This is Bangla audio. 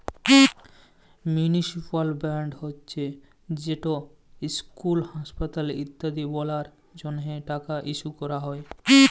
মিউলিসিপ্যাল বল্ড হছে যেট ইসকুল, হাঁসপাতাল ইত্যাদি বালালর জ্যনহে টাকা ইস্যু ক্যরা হ্যয়